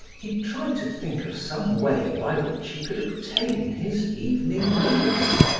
he tried to think of some way by which he could obtain his evening meal.